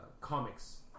comics